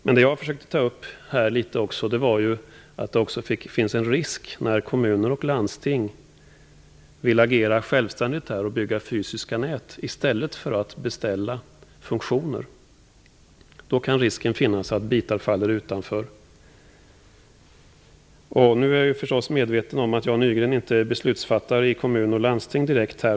Det jag försökte ta upp litet här är att det också finns en risk när kommuner och landsting vill agera självständigt och bygga fysiska nät i stället för att beställa funktioner. Då kan risken finnas att bitar faller utanför. Nu är jag förstås medveten om att Jan Nygren inte är beslutsfattare i kommun och landsting.